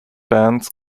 bands